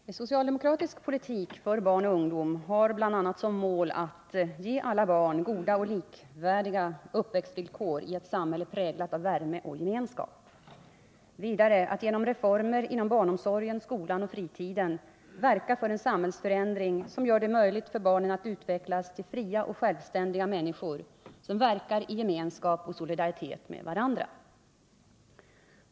Herr talman! Socialdemokratisk politik för barn och ungdom har bl.a. som mål att ge alla barn goda och likvärdiga uppväxtvillkor i ett samhälle präglat av värme och gemenskap, vidare att genom reformer inom barnomsorgen, skolan och fritiden verka för en samhällsförändring som gör det möjligt för barnen att utvecklas till fria och självständiga människor, som verkar i gemenskap och solidaritet med varandra.